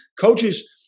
coaches